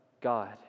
God